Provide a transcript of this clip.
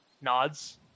nods